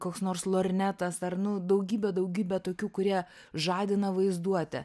koks nors lornetas ar nu daugybę daugybę tokių kurie žadina vaizduotę